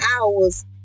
hours